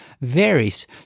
varies